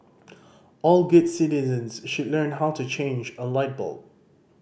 all good citizens should learn how to change a light bulb